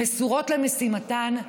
מסורות למשימתן,